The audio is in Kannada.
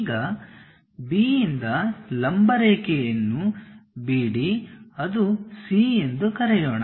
ಈಗ B ಯಿಂದ ಲಂಬರೇಖೆಯನ್ನು BD ಅದು C ಎಂದು ಕರೆಯೋಣ